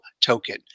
token